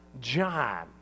John